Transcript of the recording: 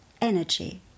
energy